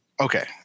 Okay